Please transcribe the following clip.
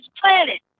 planet